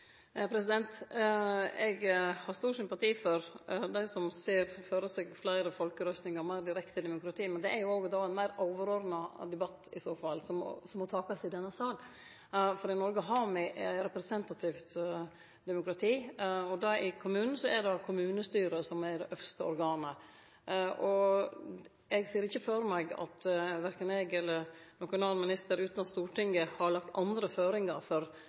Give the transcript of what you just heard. Eg har stor sympati for dei som ser føre seg fleire folkerøystingar og eit meir direkte demokrati, men det er då ein meir overordna debatt som i så fall må takast i denne salen. For i Noreg har me representativt demokrati, og i kommunen er det kommunestyret som er det øvste organet. Eg ser ikkje føre meg at verken eg eller nokon annan minister, utan at Stortinget har lagt andre føringar for